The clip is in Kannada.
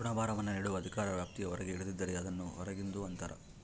ಋಣಭಾರವನ್ನು ನೀಡುವ ಅಧಿಕಾರ ವ್ಯಾಪ್ತಿಯ ಹೊರಗೆ ಹಿಡಿದಿದ್ದರೆ, ಅದನ್ನು ಹೊರಗಿಂದು ಅಂತರ